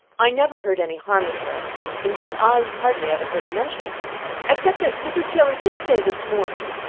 i never heard any harm of her indeed i hardly ever heard her mentioned except that mrs. taylor did say this morning,